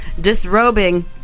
disrobing